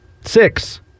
six